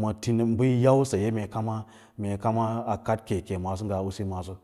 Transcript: ma tinima u yin yau mue kama, mee kaama a kad keke ngaa usui a ya.